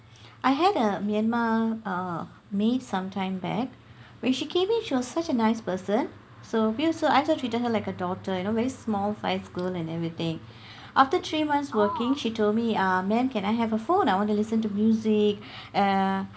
I had a Myanmar uh maid sometime back when she came in she was such a nice person so we also I also treated her like a daughter you know a very small nice girl and everything after three months working she told me ah maam can I have a phone I want to listen to music uh